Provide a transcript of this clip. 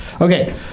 okay